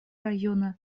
района